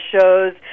shows